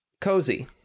Cozy